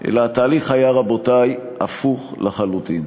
אלא התהליך היה, רבותי, הפוך לחלוטין.